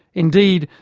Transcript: indeed,